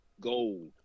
Gold